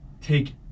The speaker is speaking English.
take